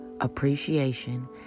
appreciation